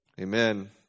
Amen